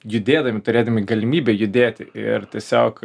judėdami turėdami galimybę judėti ir tiesiog